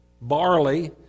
Barley